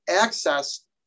access